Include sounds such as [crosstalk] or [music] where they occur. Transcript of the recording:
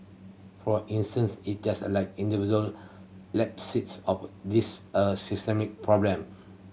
for instance it just a like individual [unintelligible] this a systemic problem